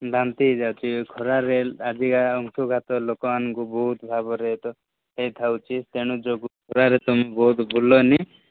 ବାନ୍ତି ହେଇଯାଉଛି ଖରାରେ ଆଜିକା ଅଂଶୁଘାତ ଲୋକମାନଙ୍କୁ ବହୁତ ଭାବରେ ଏଟା ହେଇଥାଉଚି ତେଣୁ ଜଗ ଖରାରେ ତୁମେ ବହୁତ ବୁଲନି